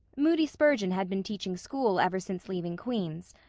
moody spurgeon had been teaching school ever since leaving queen's,